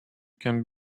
can